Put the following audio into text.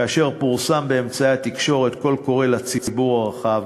כאשר פורסם באמצעי התקשורת קול קורא לציבור הרחב.